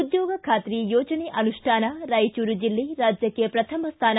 ಉದ್ಯೋಗ ಖಾತ್ರಿ ಯೋಜನೆ ಅನುಷ್ಠಾನ ರಾಯಚೂರು ಜಿಲ್ಲೆ ರಾಜ್ಯಕ್ಕೆ ಪ್ರಥಮ ಸ್ಥಾನ